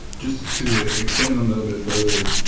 just to expand on that a bit further,